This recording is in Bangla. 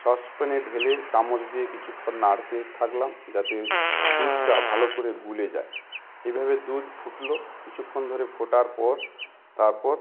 সসপ্যানে ঢেলে চামচ দিয়ে কিছুক্ষণ নাড়তে থাকলাম যাতে দুধটা ভালো করে গুলে যায় এভাবে দুধ ফুটল কিছুক্ষণ ধরে ফোটার পর তারপর